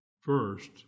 first